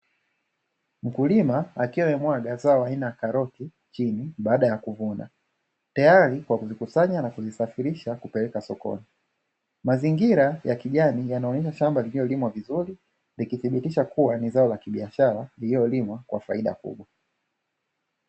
Mkulima akiwa mmwaga zao aina ya karoti chini baada ya kuvuna tayari kwa kukusanya na kunisafirisha kupeleka sokoni. Mazingira ya kijani yanaonyesha shamba lililolimwa vizuri nikithibitisha kuwa ni zao la kibiashara iliyolimwa kwa faida kubwa.